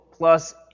plus